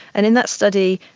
and in that study,